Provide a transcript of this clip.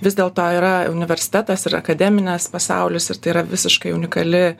vis dėlto yra universitetas ir akademinis pasaulis ir tai yra visiškai unikali